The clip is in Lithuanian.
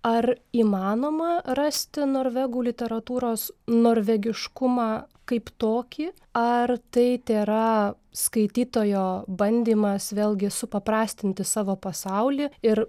ar įmanoma rasti norvegų literatūros norvegiškumą kaip tokį ar tai tėra skaitytojo bandymas vėlgi supaprastinti savo pasaulį ir